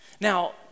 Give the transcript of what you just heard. Now